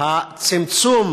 צמצום